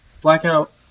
Blackout